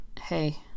Hey